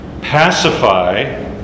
pacify